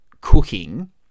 cooking